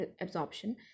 absorption